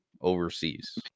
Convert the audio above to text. overseas